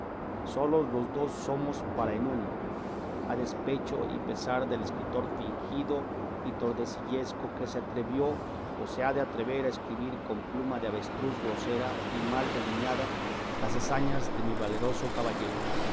solos los dos somos para en uno a despecho y pesar del escritor fingido y tordesillesco que se atrevió o se ha de atrever a escribir con pluma de avestruz grosera y mal deliñada las hazañas de mi valeroso caballero